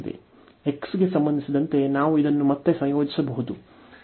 x ಗೆ ಸಂಬಂಧಿಸಿದಂತೆ ನಾವು ಇದನ್ನು ಮತ್ತೆ ಸಂಯೋಜಿಸಬಹುದು